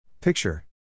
Picture